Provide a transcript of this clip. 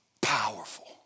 Powerful